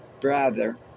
brother